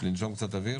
כדי לנשום קצת אוויר,